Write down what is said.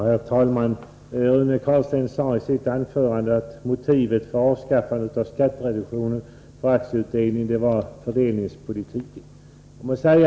Herr talman! Rune Carlstein sade i sitt anförande att motivet för avskaffandet av skattereduktionen för aktieutdelningar var fördelningspolitiskt.